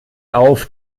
auf